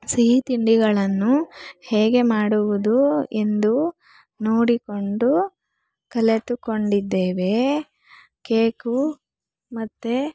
ಸಿಹಿ ತಿಂಡಿಗಳನ್ನು ಹೇಗೆ ಮಾಡುವುದು ಎಂದು ನೋಡಿಕೊಂಡು ಕಲಿತುಕೊಂಡಿದ್ದೇವೆ ಕೇಕು ಮತ್ತು